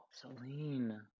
Celine